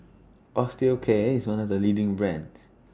Osteocare IS one of The leading brands